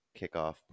kickoff